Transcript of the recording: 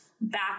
back